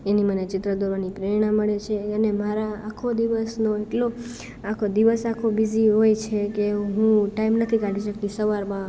એની મને ચિત્ર દોરવાની પ્રેરણા મળે છે અને મારા અખો દિવસનો એટલો આખો દિવસ આખો બીઝી હોય છે કે હું ટાઈમ નથી કાઢી શકતી સવારમાં